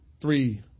three